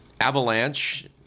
avalanche